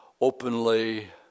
openly